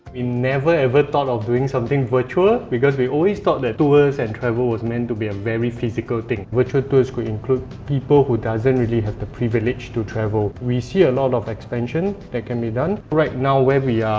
we never ever thought of doing something virtual because we always thought that tours and travel was meant to be a very physical thing. virtual tours could include people who don't really have the privilege to travel. we see a lot of expansion that can be done. right now, where we are,